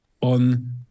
on